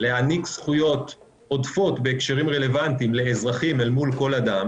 להעניק זכויות עודפות בהקשרים רלוונטיים לאזרחים אל מול כל אדם